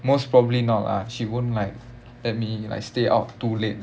most probably not lah she won't like let me like stay out too late